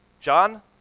John